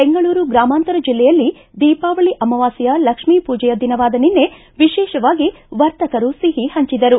ಬೆಂಗಳೂರು ಗ್ರಾಮಾಂತರ ಬಿಲ್ಲೆಯಲ್ಲಿ ದೀಪಾವಳಿ ಅಮಾವಾಸ್ತೆಯ ಲಕ್ಷ್ಮೀ ಪೂಜೆಯ ದಿನವಾದ ನಿನ್ನೆ ವಿಶೇಷವಾಗಿ ವರ್ತಕರು ಸಿಹಿ ಹಂಚಿದರು